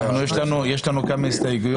יש לנו כמה הסתייגויות.